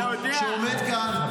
שעומד כאן,